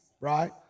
right